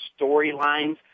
storylines